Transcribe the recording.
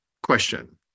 Question